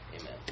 Amen